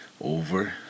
over